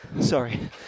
sorry